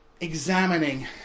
examining